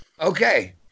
Okay